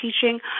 teaching